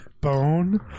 bone